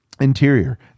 Interior